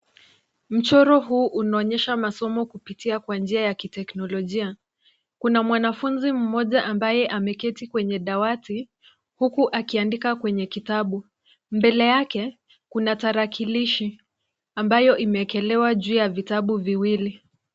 Mchoro huu unaonyesha masomo kupitia kwa njia ya kiteknolojia. Kuna mwanafunzi mmoja ambaye ameketi kwenye dawati, huku akiandika kwenye kitabu. Mbele yake, kuna tarakilishi ambayo imeekelewa juu ya vitabu viwili.